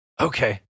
okay